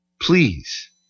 Please